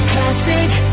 Classic